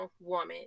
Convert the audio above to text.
woman